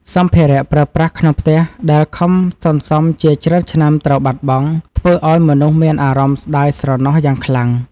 សម្ភារៈប្រើប្រាស់ក្នុងផ្ទះដែលខំសន្សំជាច្រើនឆ្នាំត្រូវបាត់បង់ ធ្វើឱ្យមនុស្សមានអារម្មណ៍ស្តាយស្រណោះយ៉ាងខ្លាំង។